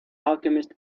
alchemist